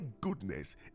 goodness